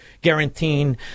guaranteeing